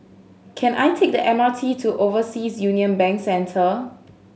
can I take the M R T to Overseas Union Bank Centre